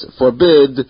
forbid